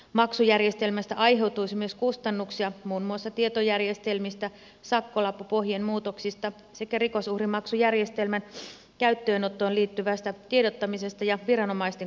maksujärjestelmästä aiheutuisi myös kustannuksia muun muassa tietojärjestelmistä sakkolappupohjien muutoksista sekä rikosuhrimaksujärjestelmän käyttöönottoon liittyvästä tiedottamisesta ja viranomaisten koulutuksista